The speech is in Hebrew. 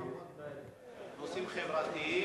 לפחות בנושאים חברתיים.